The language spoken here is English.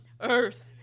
earth